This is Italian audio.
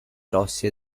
rossi